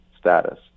status